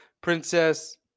Princess